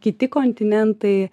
kiti kontinentai